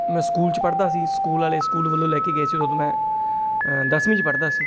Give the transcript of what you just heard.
ਮੈਂ ਸਕੂਲ 'ਚ ਪੜ੍ਹਦਾ ਸੀ ਸਕੂਲ ਵਾਲੇ ਸਕੂਲ ਵੱਲੋਂ ਲੈ ਕੇ ਗਏ ਸੀ ਉਦੋਂ ਮੈਂ ਦਸਵੀਂ 'ਚ ਪੜ੍ਹਦਾ ਸੀ